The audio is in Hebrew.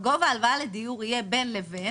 גובה ההלוואה לדיור יהיה בין לבין